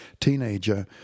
teenager